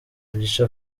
mugisha